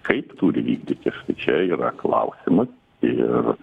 kaip turi vykdyti štai čia yra klausimas ir